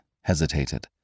hesitated